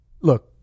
Look